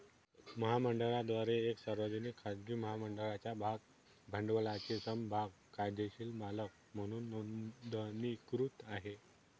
महामंडळाद्वारे एक सार्वजनिक, खाजगी महामंडळाच्या भाग भांडवलाचे समभाग कायदेशीर मालक म्हणून नोंदणीकृत आहे